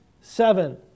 seven